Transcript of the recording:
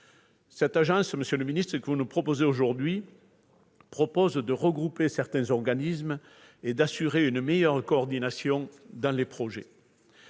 L'agence qui nous est proposée aujourd'hui vise à regrouper certains organismes et à assurer une meilleure coordination dans les projets.